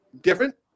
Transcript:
different